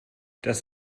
das